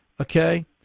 okay